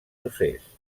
procés